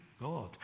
God